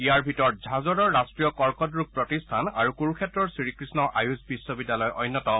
ইয়াৰ ভিতৰত ঝাজৰৰ ৰাষ্ট্ৰীয় কৰ্কট ৰোগ প্ৰতিষ্ঠান আৰু কুৰুক্ষেত্ৰৰ শ্ৰী কৃষ্ণ আয়ুষ বিশ্ববিদ্যালয় অন্যতম